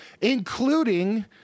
including